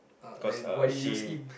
uh then why you use him